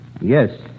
Yes